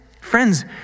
friends